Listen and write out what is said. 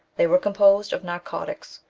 they were composed of narcotics,